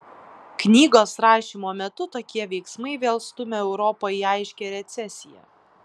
knygos rašymo metu tokie veiksmai vėl stumia europą į aiškią recesiją